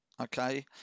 okay